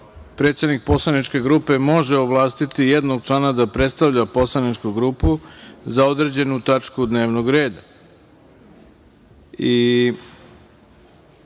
predsednik poslaničke grupe može ovlastiti jednog člana da predstavlja poslaničku grupu za određenu tačku dnevnog reda